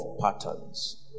patterns